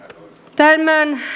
tämän